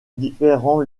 différents